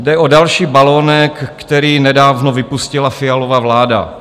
Jde o další balonek, který nedávno vypustila Fialova vláda.